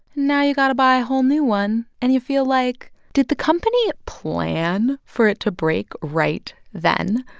now you got to buy a whole new one. and you feel like, did the company plan for it to break right then?